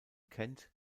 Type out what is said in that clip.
kent